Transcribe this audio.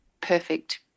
perfect